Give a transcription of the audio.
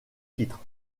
titres